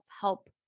help